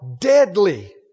deadly